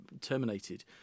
terminated